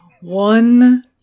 One